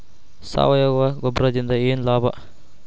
ಸಾವಯವ ಗೊಬ್ಬರದಿಂದ ಏನ್ ಲಾಭ?